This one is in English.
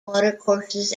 watercourses